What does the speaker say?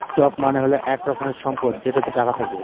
stock মানে হল এক রকমের সম্পদ যেটাতে টাকা থাকে